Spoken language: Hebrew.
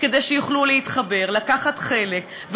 כדי שיוכלו להתחבר ולקחת חלק,